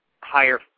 higher